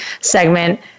segment